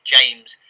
James